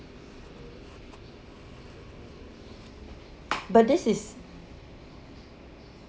but this is